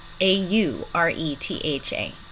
A-U-R-E-T-H-A